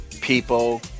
people